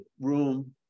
room